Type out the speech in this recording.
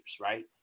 right